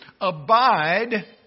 Abide